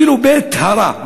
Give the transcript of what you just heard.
אפילו בית-טהרה,